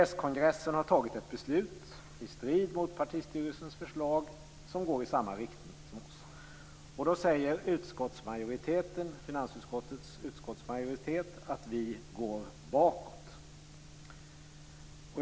S-kongressen har fattat ett beslut, i strid mot partistyrelsens förslag, som går i samma riktning som vårt förslag. Då säger finansutskottets majoritet att vi går bakåt.